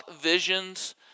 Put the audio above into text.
visions